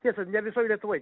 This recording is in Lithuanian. tiesa ne visoj lietuvoj